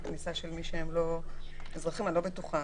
כניסה של מי שהם לא אזרחים אני לא בטוחה.